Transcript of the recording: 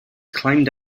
climbed